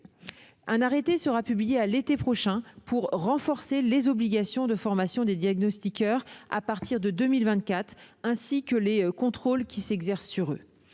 Un arrêté sera publié l'été prochain pour renforcer les obligations de formation des diagnostiqueurs à partir de 2024, ainsi que les contrôles qui s'exercent sur eux.